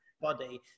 body